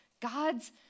God's